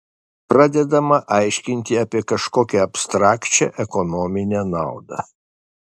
pradedama aiškinti apie kažkokią abstrakčią ekonominę naudą